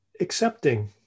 Accepting